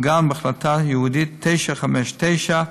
מעוגן בהחלטה ייעודית 959,